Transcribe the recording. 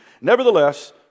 Nevertheless